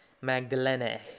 magdalene